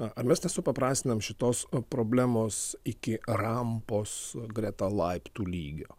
ar mes nesupaprastinam šitos problemos iki rampos greta laiptų lygio